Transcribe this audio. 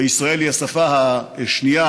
בישראל היא השפה השנייה,